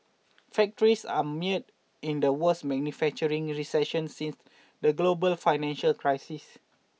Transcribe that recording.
factories are mere in the worst manufacturing recession since the global financial crisis